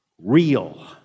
Real